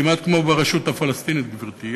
כמעט כמו ברשות הפלסטינית, גברתי.